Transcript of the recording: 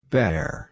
Bear